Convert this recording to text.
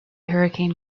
hurricane